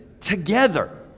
together